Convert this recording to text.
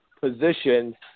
position